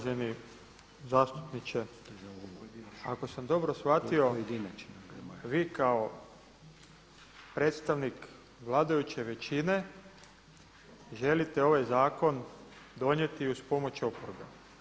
Uvaženi zastupniče ako sam dobro shvatio vi kao predstavnik vladajuće većine želite ovaj zakon donijeti uz pomoć oporbe.